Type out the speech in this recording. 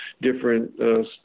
different